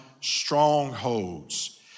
strongholds